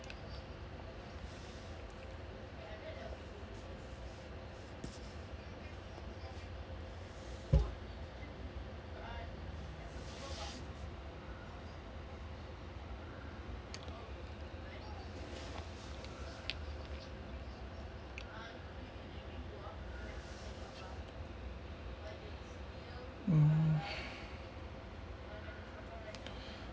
um